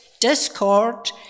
discord